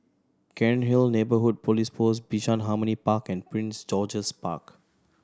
Cairnhill Neighbourhood Police Post Bishan Harmony Park and Prince George's Park